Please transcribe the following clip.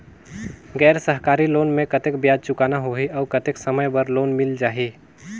गैर सरकारी लोन मे कतेक ब्याज चुकाना होही और कतेक समय बर लोन मिल जाहि?